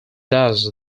does